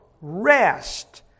rest